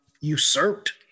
usurped